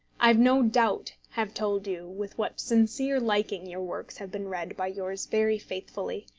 i've no doubt have told you with what sincere liking your works have been read by yours very faithfully,